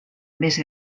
més